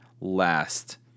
last